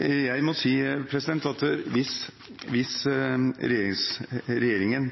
Jeg må si at hvis regjeringen